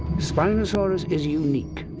spinosaurus is unique,